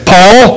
Paul